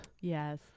Yes